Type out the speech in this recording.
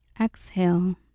Exhale